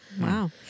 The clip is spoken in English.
Wow